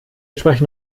sprechen